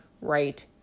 right